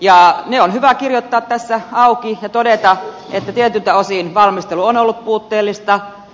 ne on hyvä kirjoittaa tässä auki ja todeta että tietyiltä osin valmistelu on ollut puutteellista